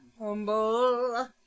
Humble